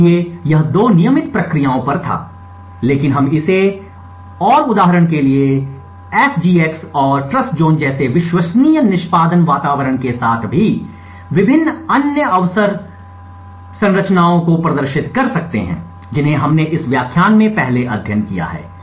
इसलिए यह 2 नियमित प्रक्रियाओं पर था लेकिन हम इसे और उदाहरण के लिए एसजीएक्स और ट्रस्टज़ोन जैसे विश्वसनीय निष्पादन वातावरण के साथ भी विभिन्न अन्य अवसंरचनाओं को प्रदर्शित कर सकते हैं जिन्हें हमने इस व्याख्यान में पहले अध्ययन किया है